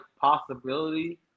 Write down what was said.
possibility